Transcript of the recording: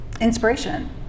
inspiration